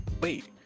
wait